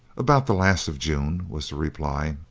about the last of june, was the reply.